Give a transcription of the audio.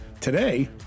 today